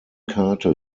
karte